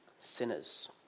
sinners